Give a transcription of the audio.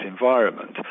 environment